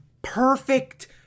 Perfect